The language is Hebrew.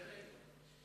בהחלט.